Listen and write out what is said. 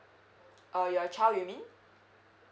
oh your child you meant